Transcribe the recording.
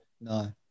no